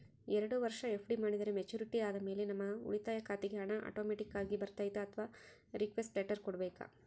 ಎರಡು ವರುಷ ಎಫ್.ಡಿ ಮಾಡಿದರೆ ಮೆಚ್ಯೂರಿಟಿ ಆದಮೇಲೆ ನಮ್ಮ ಉಳಿತಾಯ ಖಾತೆಗೆ ಹಣ ಆಟೋಮ್ಯಾಟಿಕ್ ಆಗಿ ಬರ್ತೈತಾ ಅಥವಾ ರಿಕ್ವೆಸ್ಟ್ ಲೆಟರ್ ಕೊಡಬೇಕಾ?